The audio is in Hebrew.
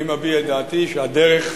אני מביע את דעתי שהדרך